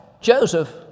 Joseph